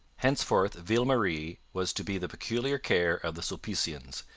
henceforth ville marie was to be the peculiar care of the sulpicians,